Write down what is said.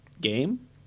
game